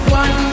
one